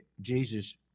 Jesus